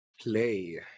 play